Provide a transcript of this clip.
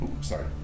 sorry